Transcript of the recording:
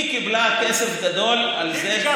היא קיבלה כסף גדול על זה.